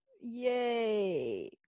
Yay